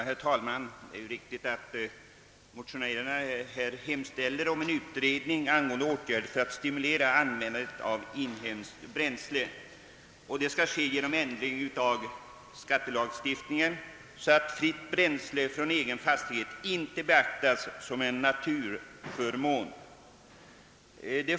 Herr talman! Det är riktigt att motionären här hemställer om en utredning angående åtgärder för att stimulera användandet av inhemskt bränsle, vilket skulle ske genom en ändring av skattelagstiftningen på så sätt att fritt bränsle från egen fastighet inte skulle betraktas som en naturaförmån.